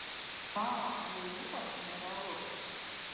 šaro aleiupas nerealus